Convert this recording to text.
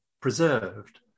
preserved